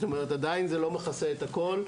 זאת אומרת: עדיין זה לא מכסה את הכול,